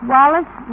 Wallace